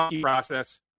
process